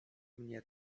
mnie